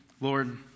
Lord